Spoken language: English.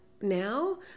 now